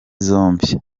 zombi